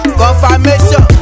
confirmation